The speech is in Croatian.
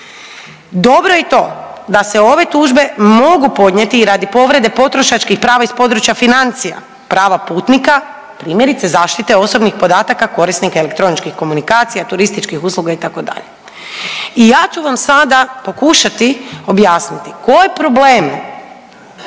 Dobro je i to da se ove tužbe mogu podnijeti i radi povrede potrošačkih prava iz područja financija, prava putnika primjerice zaštite osobnih podataka korisnika elektroničkih komunikacija, turističkih usluga itd. I ja ću vam sada pokušati objasniti koje probleme